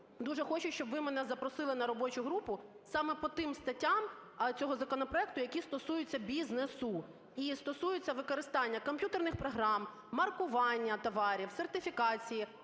дуже хочу, щоб ви мене запросили на робочу групу саме по тим статтям цього законопроекту, які стосуються бізнесу і стосуються використання комп'ютерних програм, маркування товарів, сертифікації,